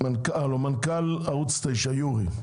מנכ"ל ערוץ 9, יורי.